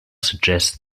suggests